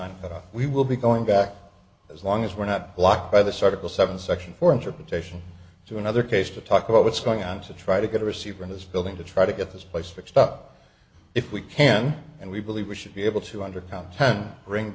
and we will be going back as long as we're not blocked by this article seven section four interpretation to another case to talk about what's going on to try to get a receiver in this building to try to get this place fixed up if we can and we believe we should be able to under content bring